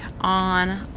on